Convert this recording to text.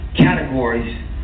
categories